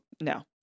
no